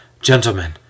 Gentlemen